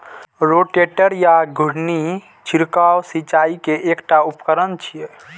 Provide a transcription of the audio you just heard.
rotator या घुर्णी छिड़काव सिंचाइ के एकटा उपकरण छियै